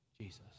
Jesus